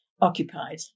occupied